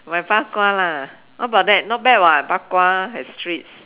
my bak-kwa lah what about that not bad [what] bak-kwa as treats